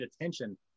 attention